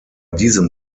diesem